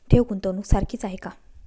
ठेव, गुंतवणूक सारखीच आहे का?